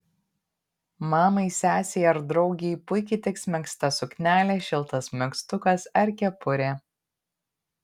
mamai sesei ar draugei puikiai tiks megzta suknelė šiltas megztukas ar kepurė